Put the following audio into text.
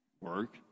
work